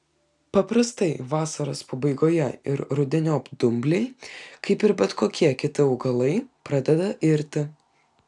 paprastai vasaros pabaigoje ir rudeniop dumbliai kaip ir bet kokie kiti augalai pradeda irti